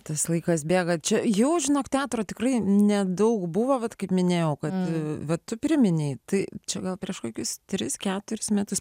tas laikas bėga čia jau žinok teatro tikrai nedaug buvo vat kaip minėjau kad va tu priminei tai čia gal prieš kokius tris keturis metus